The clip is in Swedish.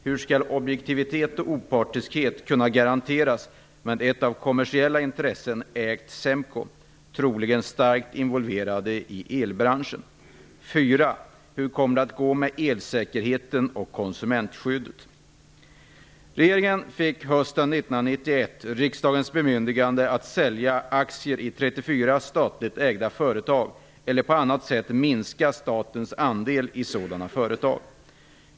Hur skall objektivitet och opartiskhet kunna garanteras med ett av kommersiella intressen ägt SEMKO, troligen starkt involverade i elbranschen? 4. Hur kommer det att gå med elsäkerheten och konsumentskyddet? Regeringen fick hösten 1991 riksdagens bemyndigande att sälja aktier i 34 statligt ägda företag eller på annat sätt minska statens andel i sådana företag.